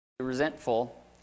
resentful